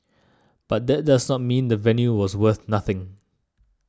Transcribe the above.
but that does not mean the venue was worth nothing